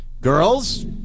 Girls